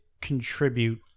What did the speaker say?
contribute